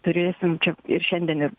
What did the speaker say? turėsim čia ir šiandien ir